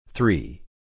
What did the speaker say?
Three